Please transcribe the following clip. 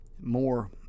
more